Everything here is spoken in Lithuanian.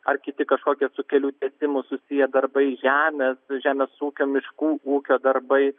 ar kiti kažkokie su kelių tiesimu susiję darbai žemės žemės ūkio miškų ūkio darbai